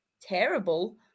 terrible